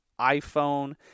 iPhone